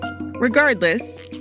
Regardless